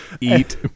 eat